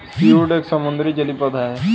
seaweed एक समुद्री जलीय पौधा है